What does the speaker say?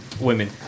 women